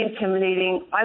intimidating